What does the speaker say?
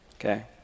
okay